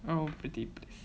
oh pretty